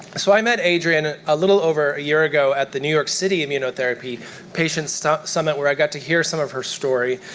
so, i met adrienne a little over a year ago at the new york city immunotherapy patient summit where i got to hear some of her story.